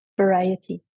variety